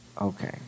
Okay